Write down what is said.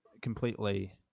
completely